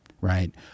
right